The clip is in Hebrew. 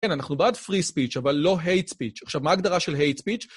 כן, אנחנו בעד פרי-ספיץ', אבל לא הייט-ספיץ'. עכשיו, מה ההגדרה של הייט-ספיץ'?